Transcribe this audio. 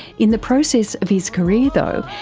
in the process of his career though,